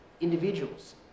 individuals